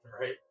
Right